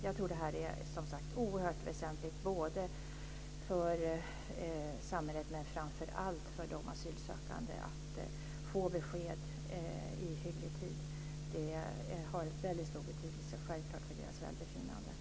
Jag tror, som sagt, att det här är oerhört väsentligt för samhället men framför allt för de asylsökande. Att få besked i hygglig tid har självfallet mycket stor betydelse för deras välbefinnande.